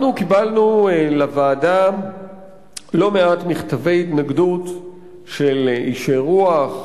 אנחנו קיבלנו לוועדה לא מעט מכתבי התנגדות של אישי רוח,